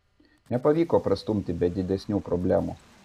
nepavyko prastumti be didesnių problemų